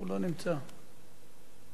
ראשית,